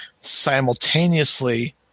simultaneously